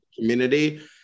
community